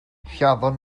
lladdon